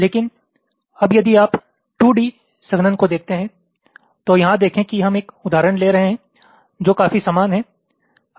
लेकिन अब यदि आप 2D संघनन को देखते हैं तो यहां देखें कि हम एक उदाहरण ले रहे हैं जो काफी समान है